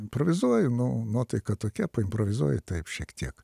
improvizuoju nuo nuotaika tokia improvizuoju taip šiek tiek